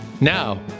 Now